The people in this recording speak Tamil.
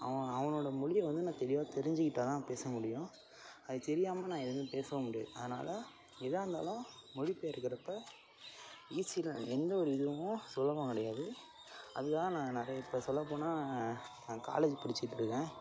அவன் அவனோடய மொழியை வந்து நான் தெளிவாக தெரிஞ்சிக்கிட்டால் தான் பேச முடியும் அது தெரியாமல் நான் எதுவும் பேசவும் முடியாது அதனால எதாக இருந்தாலும் மொழிபெயர்க்கிறப்போ ஈஸி தான் எந்த ஒரு இதுவும் சுலபம் கிடையாது அது தான் நான் நிறைய இப்போ சொல்ல போனால் நான் காலேஜ் படிச்சிட்டிருக்கேன்